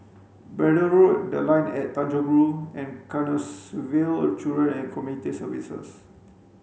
Braddell Road The Line at Tanjong Rhu and Canossaville Children and Community Services